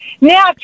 Now